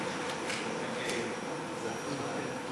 1